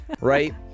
Right